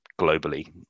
globally